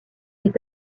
est